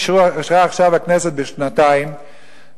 אישרה עכשיו הכנסת לשנתיים,